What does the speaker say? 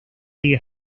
liga